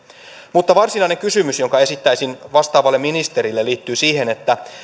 mutta varsinainen kysymys jonka esittäisin vastaavalle ministerille liittyy siihen että